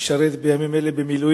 והוא משרת בימים אלה במילואים.